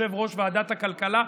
יושב-ראש ועדת הכלכלה.